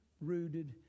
rooted